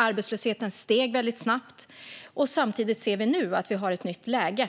Arbetslösheten steg väldigt snabbt. Samtidigt ser vi nu att vi har ett nytt läge.